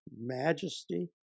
majesty